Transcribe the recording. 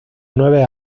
nueve